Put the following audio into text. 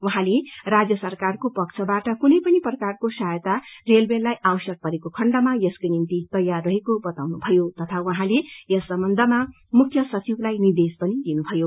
उाहाँले राज्य सरकारको पक्षबाट कुनै पनि प्रकारको साहायता रेलवेलाई आवश्यक परेको खण्डमा यसको निम्ति तैयार रहेको बताउनुभयो तथा उहाँले यस सम्बन्धमा मुख्य सचिवलाई निर्देश पनि दिनुभयो